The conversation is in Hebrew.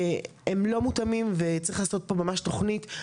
הם לא מותאמים וצריך לעשות פה ממש תוכנית.